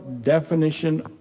definition